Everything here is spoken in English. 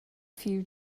few